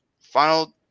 final